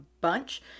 bunch